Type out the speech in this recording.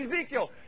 Ezekiel